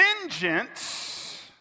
Vengeance